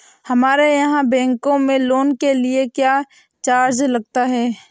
हमारे यहाँ बैंकों में लोन के लिए क्या चार्ज लगता है?